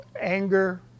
anger